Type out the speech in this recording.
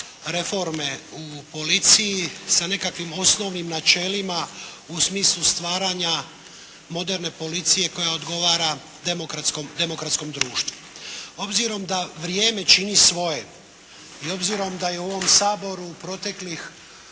u policiji sa nekakvim osnovnim načelima u smislu stvaranja moderne policije koja odgovara demokratskom društvu. Obzirom da vrijeme čini svoje i obzirom da je u ovom Saboru u proteklih